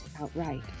outright